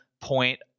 point